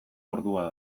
ordua